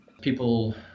People